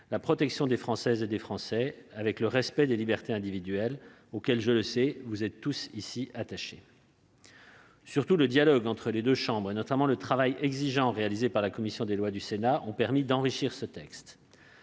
la protection des Françaises et des Français avec le respect des libertés individuelles, auxquelles, je le sais, vous êtes tous ici attachés. Surtout, le dialogue entre les deux chambres, notamment le travail exigeant réalisé par la commission des lois du Sénat, a permis d'enrichir ce texte.